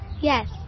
Yes